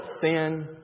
sin